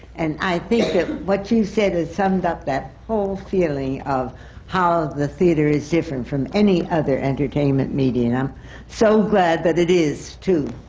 and i think that what you said has summed up that whole feeling of how the theatre is different from any other entertainment medium. i'm so glad that it is, too.